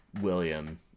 William